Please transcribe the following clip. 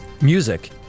Music